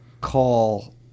call